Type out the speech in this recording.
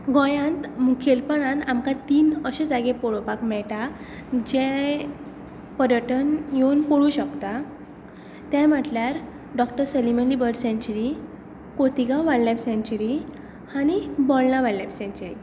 गोंयांत मुखेलपणान आमकां तीन अशे जागे पळोवपाक मेळटा जे पर्यटन येवन पळोवंक शकता ते म्हटल्यार doctor Salim Ali bird सँचुरी Khotigao wild life सँचुरी आनी बोंडला वायल्ड लायफ सँचुरी